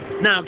Now